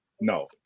no